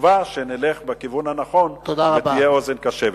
בתקווה שנלך בכיוון הנכון ותהיה אוזן קשבת.